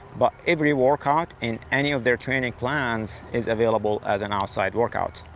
but every workout, in any of their training plans, is available as an outside workout.